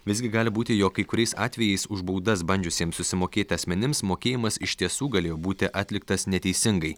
visgi gali būti jog kai kuriais atvejais už baudas bandžiusiems susimokėti asmenims mokėjimas iš tiesų galėjo būti atliktas neteisingai